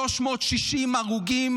360 הרוגים